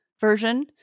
version